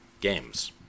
games